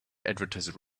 advertise